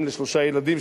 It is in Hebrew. אם לשלושה ילדים,